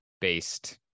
based